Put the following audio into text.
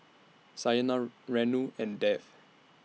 Saina Renu and Dev